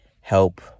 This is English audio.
help